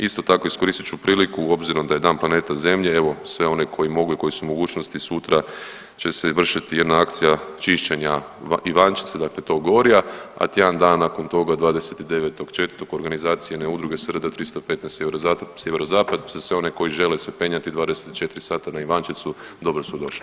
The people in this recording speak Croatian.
Isto tako iskoristit ću priliku obzirom da je Dan planeta zemlje evo sve one koji mogu i koji su u mogućnosti sutra će se vršiti jedna akcija čišćenja Ivančice, dakle tog gorja, a tjedan dana nakon toga 29.4. organizacione udruge SRD 315 Sjeverozapad za sve one koji žele se penjati 24 sata na Ivančicu dobro su došli.